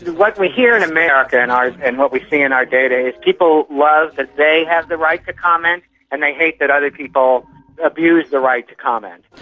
what we hear in america and and what we see in our data people love that they have the right to comment and they hate that other people abuse the right to comment.